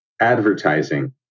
advertising